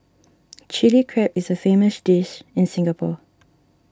Chilli Crab is a famous dish in Singapore